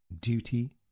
Duty